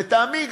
לטעמי,